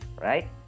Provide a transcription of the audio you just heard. right